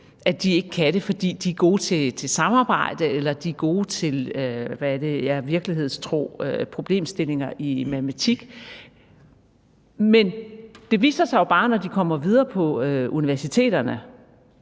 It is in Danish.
at de ikke kan det, for de er gode til samarbejde, eller de er gode til virkelighedstro problemstillinger i matematik. Det viser sig jo bare, at det, når de kommer videre på universiteterne,